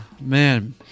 Man